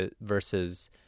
versus